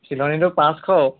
চিলনিটো পাঁচশ